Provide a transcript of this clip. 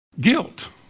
Guilt